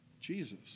Jesus